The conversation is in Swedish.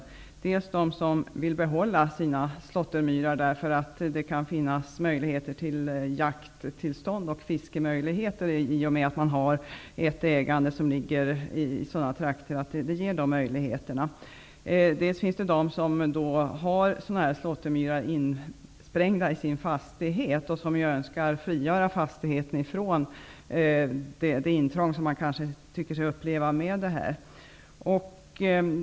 Å ena sidan de som vill behålla sina slåttermyrar för att det kan finnas förutsättningar för jakttillstånd och fisketillfällen i och med att man har ett ägande i sådana trakter att det ger de möjligheterna. Å andra sidan finns det personer som har slåttermyrar insprängda i sin fastighet och önskar frigöra fastigheten från det intrång som man kanske tycker sig uppleva.